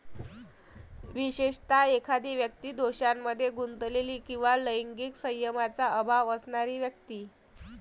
विशेषतः, एखादी व्यक्ती दोषांमध्ये गुंतलेली किंवा लैंगिक संयमाचा अभाव असणारी व्यक्ती